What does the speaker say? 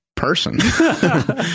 person